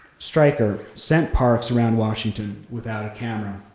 stryker sent parks around washington without a camera,